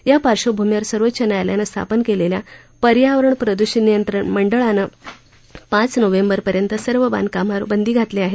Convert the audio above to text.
या पार्श्वभूमीवर सर्वोच्च न्यायालयानं स्थापन केलेल्या पर्यावरण प्रदूषण नियंत्रण मंडळानं पाच नोव्हेंबरपर्यंत सर्व बांधकामांवर बंदी घातली आहे